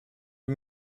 die